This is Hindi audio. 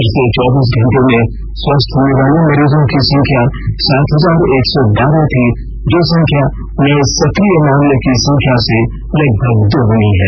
पिछले चौबीस घंटों में स्वस्थ होने वाले मरीजों की संख्या सात हजार एक सौ बारह थी जो संख्या नये सक्रिय मामले की संख्या से लगभग दोगुनी है